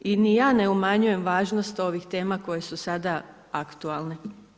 I ni ja ne umanjujem važnost ovih tema koje su sada aktualne.